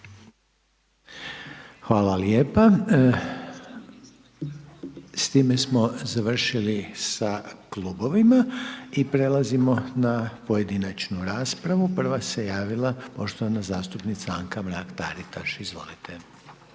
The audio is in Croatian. Hvala lijepa. S time smo završili sa klubovima i prelazimo na pojedinačnu raspravu. Prva se javila poštovana zastupnica Anka Mrak Taritaš. Izvolite.